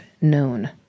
known